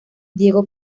diego